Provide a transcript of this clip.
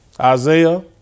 Isaiah